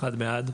הצבעה בעד,